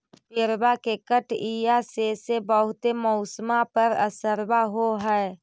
पेड़बा के कटईया से से बहुते मौसमा पर असरबा हो है?